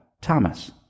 thomas